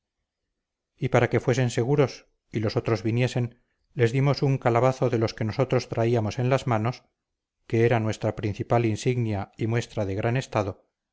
y para que fuesen seguros y los otros viniesen les dimos un calabazo de los que nosotros traíamos en las manos que era nuestra principal insignia y muestra de gran estado y con éste ellos fueron y anduvieron por